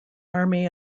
army